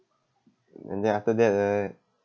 and then after that right